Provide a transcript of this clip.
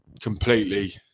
completely